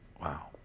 Wow